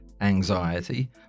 anxiety